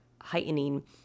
heightening